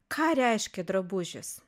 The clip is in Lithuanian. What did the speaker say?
ką reiškė drabužis